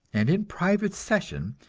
and in private session,